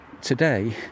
today